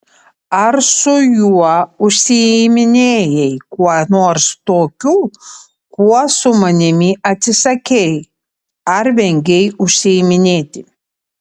ar su juo užsiiminėjai kuo nors tokiu kuo su manimi atsisakei ar vengei užsiiminėti